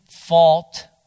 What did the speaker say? fault